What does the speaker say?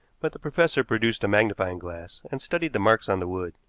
but the professor produced a magnifying glass and studied the marks on the wood.